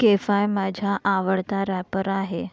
केफाय माझ्या आवडता रॅपर आहे